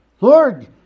Lord